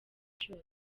cose